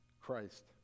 Christ